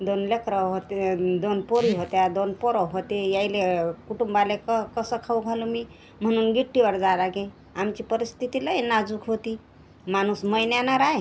दोन लेकरं होते आणि दोन पोरी होत्या दोन पोरं होते याईले कुटुंबाले क कसं खाऊ घालू मी म्हणून गिट्टीवर जालागे आमची परिस्थिती लई नाजूक होती माणूस महिन्यानं राहे